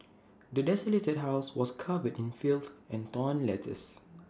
the desolated house was covered in filth and torn letters